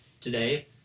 Today